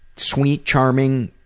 sweet, charming,